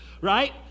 Right